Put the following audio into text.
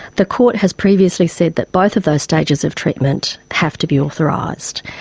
the court has previously said that both of those stages of treatment have to be authorised,